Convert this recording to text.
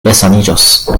resaniĝos